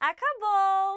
Acabou